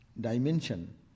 dimension